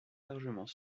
largement